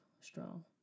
strong